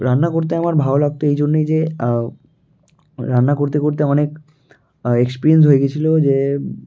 রান্না করতে আমার ভালো লাগতো এই জন্যই যে রান্না করতে করতে অনেক এক্সপিরিয়েন্স হয়ে গিয়েছিল যে